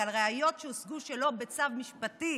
זה על ראיות שהושגו שלא בצו משפטי